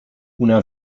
una